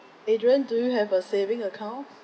adrian do you have a saving account